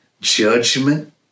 Judgment